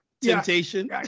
Temptation